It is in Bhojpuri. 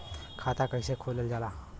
खाता कैसे खोलल जाला?